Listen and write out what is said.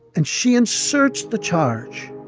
and she inserts the charge.